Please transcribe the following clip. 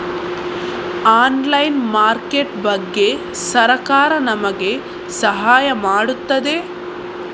Online market ಬಗ್ಗೆ ಸರಕಾರ ನಮಗೆ ಸಹಾಯ ಮಾಡುತ್ತದೆ?